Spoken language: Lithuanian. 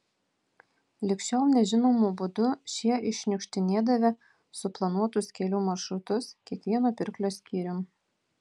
lig šiol nežinomu būdu šie iššniukštinėdavę suplanuotus kelių maršrutus kiekvieno pirklio skyrium